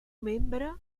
membre